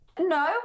No